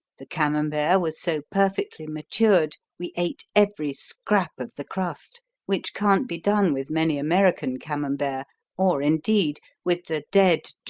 the camembert was so perfectly matured we ate every scrap of the crust, which can't be done with many american camemberts or, indeed, with the dead,